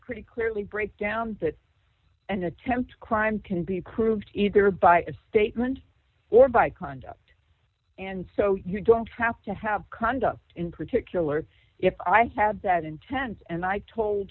pretty clearly break down that and attempt crime can be proved either by a statement or by conduct and so you don't have to have condoms in particular if i have that intent and i told